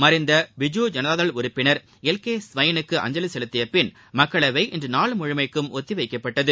மறைந்த பிஜு ஜனதாதள் உறுப்பினர் எல்கே ஸ்வைனுக்கு அஞ்சலி செலுத்திபின் மக்களவை இன்று நாள் முழுமைக்கும் ஒத்திவைக்கப்பட்டது